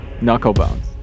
Knucklebones